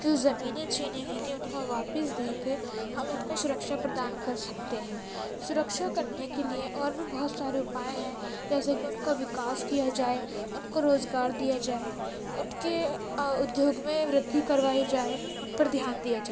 ان کی زمینیں چھینی گئی تھیں انہو واپس دے کے ہم ان کو سرکشا پر دان کر سکتے ہیں سرکشا کرنے کے لیے اور بھی بہت سارے اپائے ہیں جیسے کے ان کا وکاس کیا جائے ان کو روزگار دیا جائے ان کے ادیوگ میں وِرِدھی کر وائی جائے ان پر دھیان دیا جائے